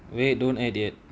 wait don't add yet